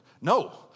No